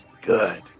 Good